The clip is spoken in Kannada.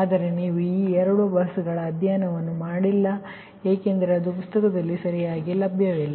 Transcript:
ಆದರೆ ನೀವು ಈ ಎರಡು ಬಸ್ಸುಗಳನ್ನು ಅಧ್ಯಯನ ಮಾಡಿಲ್ಲ ಏಕೆಂದರೆ ಅದು ಪುಸ್ತಕದಲ್ಲಿ ಸರಿಯಾಗಿ ಲಭ್ಯವಿಲ್ಲ